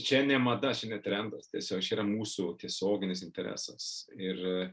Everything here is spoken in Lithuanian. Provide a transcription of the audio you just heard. čia ne mada čia ne trendas tiesiog čia yra mūsų tiesioginis interesas ir